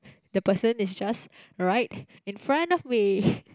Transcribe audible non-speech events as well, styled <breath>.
the person is just right in front of me <breath>